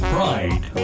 Pride